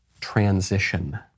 transition